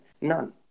None